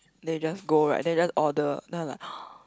then you just go right then you just order then I was like